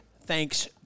thanks